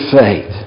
faith